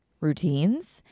routines